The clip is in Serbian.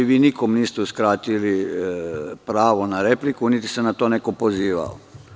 Vi nikome niste uskratili pravo na repliku, niti se na to neko pozivao.